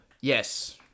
Yes